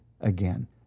again